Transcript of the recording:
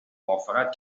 موافقت